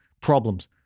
problems